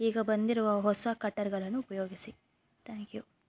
ಈಗ ಬಂದಿರುವ ಹೊಸ ಕಟರ್ಗಳನ್ನು ಉಪಯೋಗಿಸಿ ತ್ಯಾಂಕ್ ಯು